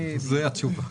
זה התשובה.